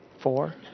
Four